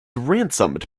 ransomed